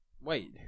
Wait